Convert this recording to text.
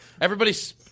Everybody's